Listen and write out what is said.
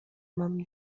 mam